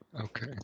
Okay